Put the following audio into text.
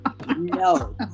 No